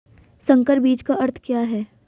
संकर बीज का अर्थ क्या है?